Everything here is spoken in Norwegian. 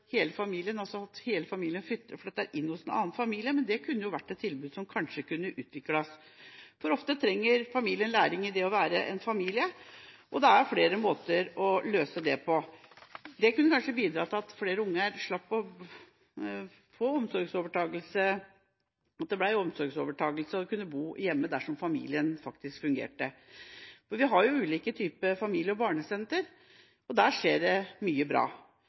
hele familien – altså at hele familien flytter inn hos en annen familie – men det kunne kanskje vært et tilbud som kunne utvikles. Ofte trenger familien å lære å være en familie, og det er flere måter å løse det på. Det kunne kanskje bidra til at flere unger slapp omsorgsovertakelse, at de kunne bo hjemme dersom familien faktisk fungerte. Vi har ulike typer barne- og familiesentre, og der skjer det mye bra.